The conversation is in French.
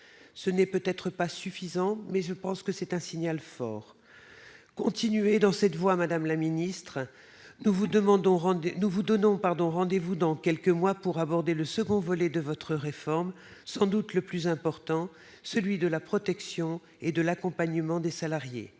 Ce n'est peut-être pas suffisant, mais c'est à mes yeux un signal fort. Continuez dans cette voie, madame la ministre ! Nous vous donnons rendez-vous dans quelques mois pour aborder le second volet de votre réforme, sans doute le plus important : celui de la protection et de l'accompagnement des salariés.